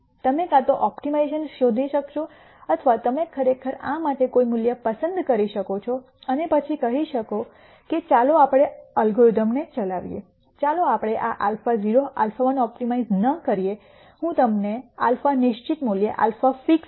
તમે કાં તો ઓપ્ટિમાઇઝેશન શોધી શકશો અથવા તમે ખરેખર આ માટે કોઈ મૂલ્ય પસંદ કરી શકો છો અને પછી કહી શકો કે ચાલો આપણે અલ્ગોરિધમનો ચલાવીએ ચાલો આપણે આ α0 α1 ઓપ્ટિમાઇઝ ન કરીએ હું તમને α નિશ્ચિત મૂલ્ય α fixed આપીશ